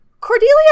cordelia